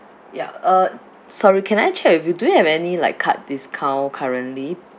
ya uh sorry can I check with you do you have any like card discount currently